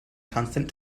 constant